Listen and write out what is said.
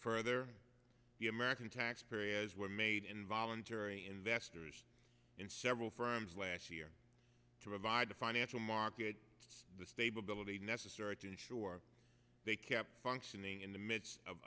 further the american taxpayers were made involuntary investors in several firms last year to revive the financial market the stable ability necessary to ensure they kept functioning in the midst of